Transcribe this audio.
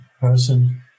person